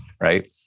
right